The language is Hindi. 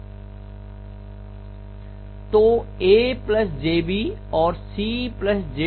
तो a jb और c jd मैं कह सकती हूं की iL IC मुझे iR3 देगा